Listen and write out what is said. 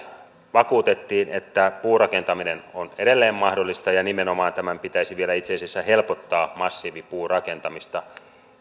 vakuutettiin että puurakentaminen on edelleen mahdollista ja nimenomaan tämän pitäisi vielä itse asiassa helpottaa massiivipuurakentamista